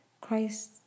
Christ